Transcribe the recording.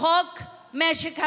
חוק משק המדינה,